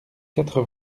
quatre